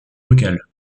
locale